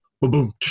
boom